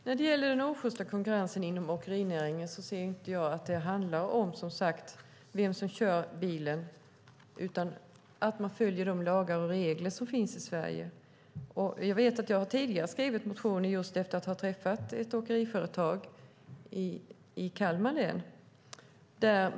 Fru talman! När det gäller den osjysta konkurrensen inom åkerinäringen handlar det inte om vem som kör utan att man följer de lagar och regler som finns i Sverige. Jag skrev tidigare motioner efter att ha träffat ett åkeriföretag i Kalmar län.